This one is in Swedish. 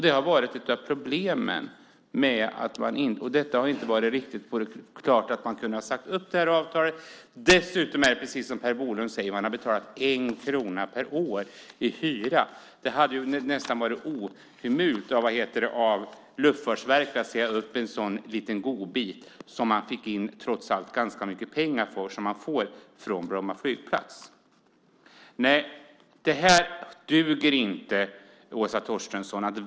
Det har varit ett av problemen. Det har inte varit riktigt klart att man har kunnat säga upp avtalet. Dessutom är det precis så som Per Bolund säger: Man har betalat 1 krona per år i hyra. Det hade nästan varit ohemult av Luftfartsverket att säga upp en sådan liten godbit som man trots allt fick in ganska mycket pengar för och som man får från Bromma flygplats. Det här duger inte, Åsa Torstensson.